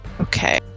Okay